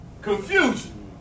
Confusion